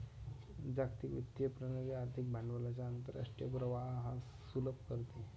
जागतिक वित्तीय प्रणाली आर्थिक भांडवलाच्या आंतरराष्ट्रीय प्रवाहास सुलभ करते